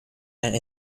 and